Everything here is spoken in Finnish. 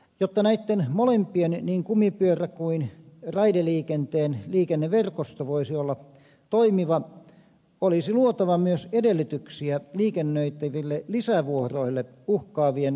jotta näitten molempien niin kumipyörä kuin raideliikenteen liikenneverkosto voisi olla toimiva olisi luotava myös edellytyksiä liikennöitäville lisävuoroille uhkaavien supistusten asemesta